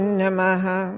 namaha